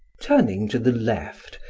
turning to the left,